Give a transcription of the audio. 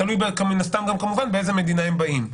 תלוי מן הסתם מאיזו מדינה הם באים.